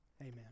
amen